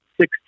six